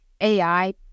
AI